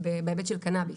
בהיבט של קנביס.